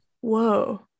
Whoa